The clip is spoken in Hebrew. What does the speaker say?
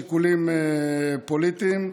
משיקולים פוליטיים,